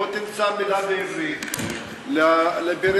בוא תמצא מילה בעברית לפריפריה.